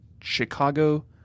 Chicago